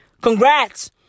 Congrats